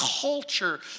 culture